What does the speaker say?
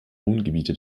wohngebiete